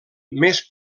més